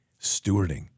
stewarding